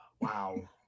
Wow